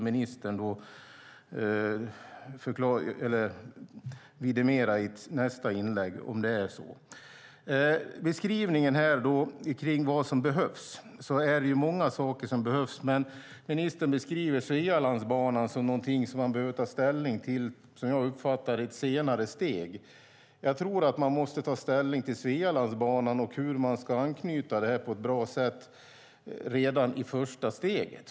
Ministern får väl i sitt nästa inlägg vidimera om det är så. Det är många saker som behövs. Ministern beskriver Svealandsbanan som någonting som man, uppfattar jag, i ett senare steg behöver ta ställning till. Jag tror att man måste ta ställning till Svealandsbanan och till hur man redan i första steget på ett bra sätt ska anknyta här.